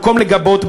במקום לגבות,